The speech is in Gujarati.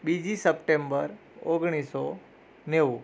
બીજી સપ્ટેમ્બર ઓગણીસો નેવું